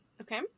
okay